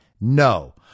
No